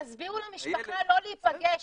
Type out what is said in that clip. תסבירו למשפחה לא להיפגש.